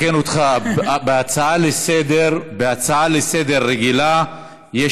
אתקן אותך: בהצעה רגילה לסדר-היום יש